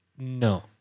No